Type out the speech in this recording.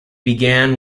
began